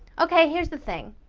okay, here's the thing.